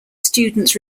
students